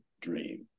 dream